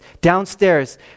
downstairs